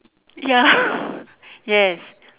ya yes